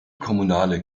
kommunale